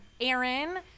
Aaron